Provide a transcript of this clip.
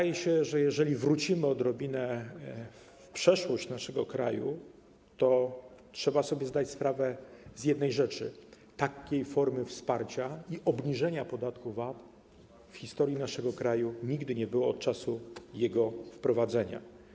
Jeżeli spojrzymy w przeszłość naszego kraju, to musimy sobie zdać sprawę z jednej rzeczy: takiej formy wsparcia i obniżenia podatku VAT w historii naszego kraju nigdy nie było od czasu jego wprowadzenia.